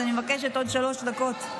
אז אני מבקשת עוד שלוש דקות,